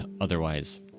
otherwise